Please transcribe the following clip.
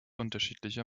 unterschiedliche